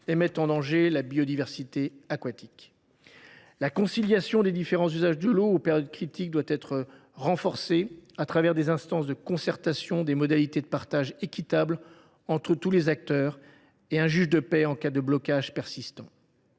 et mettent en danger la biodiversité aquatique. La conciliation des différents usages de l’eau aux périodes critiques doit être renforcée au travers d’instances de concertation, de modalités de partage équitable entre tous les acteurs et d’un juge de paix en cas de blocage persistant.